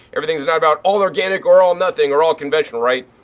everything's not about all organic or all nothing or all conventional, right.